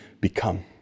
become